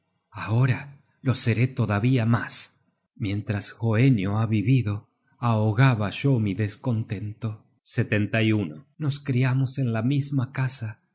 ahora lo seré todavía mas mientras hoenio ha vivido ahogaba yo mi descontento nos criamos en la misma casa